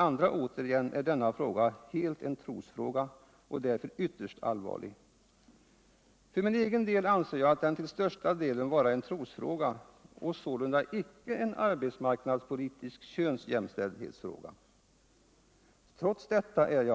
andra återigen är denna fråga helt en trostråga och därför ytterst allvarlig. För min egen del anser jag den till största delen vara en trosfråga och sålunda icke en arbetsmarknadspolitisk könsjämställdhetsfråga. Trots detta är jag.